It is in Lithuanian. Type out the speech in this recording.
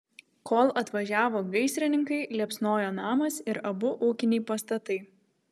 kol atvažiavo gaisrininkai liepsnojo namas ir abu ūkiniai pastatai